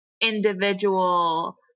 individual